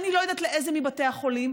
אני לא יודעת לאיזה מבתי החולים,